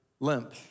Limp